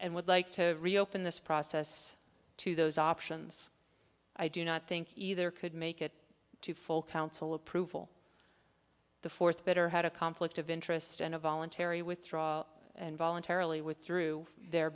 and would like to reopen this process to those options i do not think either could make it to full council approval the fourth better had a conflict of interest and a voluntary withdrawal and voluntarily with through their